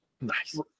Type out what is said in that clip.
Nice